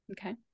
Okay